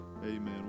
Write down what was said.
Amen